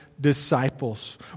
disciples